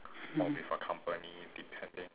mm